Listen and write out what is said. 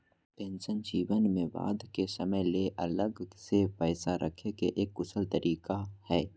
pension जीवन में बाद के समय ले अलग से पैसा रखे के एक कुशल तरीका हय